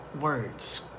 words